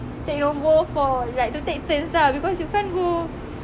take nombor for like to take turns lah because you can't go